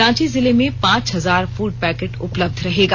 रांची जिले में पांच हजार फूड पैकेट उपलब्ध रहेगा